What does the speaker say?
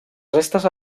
restes